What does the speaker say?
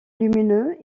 lumineux